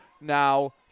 now